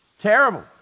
Terrible